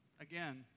Again